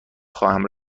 خواهیم